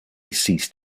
ceased